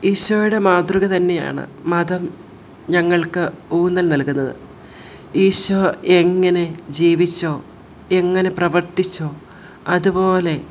ഈശോയുടെ മാതൃക തന്നെയാണ് മതം ഞങ്ങൾക്ക് ഊന്നൽ നൽകുന്നത് ഈശോ എങ്ങനെ ജീവിച്ചുവോ എങ്ങനെ പ്രവർത്തിച്ചുവോ അതുപോലെ